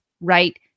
right